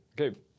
Okay